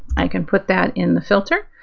i can put that in the filter.